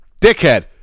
Dickhead